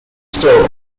still